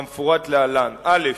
כמפורט להלן: א.